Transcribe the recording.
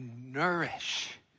nourish